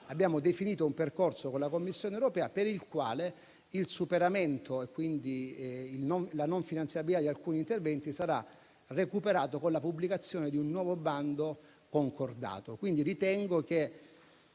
abbiamo definito un percorso con la Commissione stessa in base al quale il superamento - e quindi la non finanziabilità - di alcuni interventi sarà recuperato con la pubblicazione di un nuovo bando concordato.